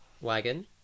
wagon